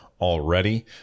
already